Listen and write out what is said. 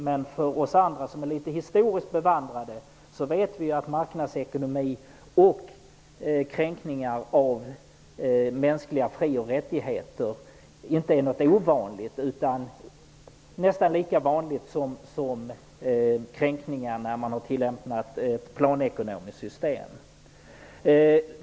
Men vi andra som är litet historiskt bevandrade vet att marknadsekonomi och kränkningar av mänskliga fri och rättigheter inte är något ovanligt utan nästan lika vanligt som kränkningar vid tillämpning av ett planekonomiskt system.